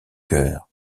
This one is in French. cœur